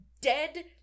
dead